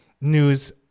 news